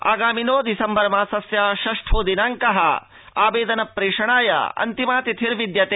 आगामिनो December मासस्य षष्ठो दिनांक आवेदन प्रेषणाय अन्तिमा तिथिर्विद्यते